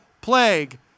plague